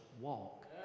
walk